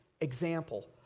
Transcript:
example